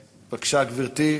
בבקשה, גברתי.